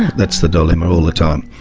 that's the dilemma all the time.